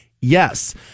Yes